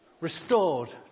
restored